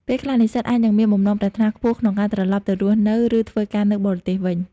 ពេលខ្លះ និស្សិតអាចនឹងមានបំណងប្រាថ្នាខ្ពស់ក្នុងការត្រឡប់ទៅរស់នៅ ឬធ្វើការនៅបរទេសវិញ។